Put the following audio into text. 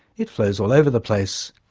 it flows all over the place.